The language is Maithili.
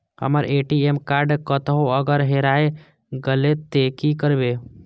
हमर ए.टी.एम कार्ड कतहो अगर हेराय गले ते की करबे?